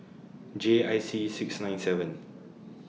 J I C six nine seven